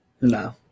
no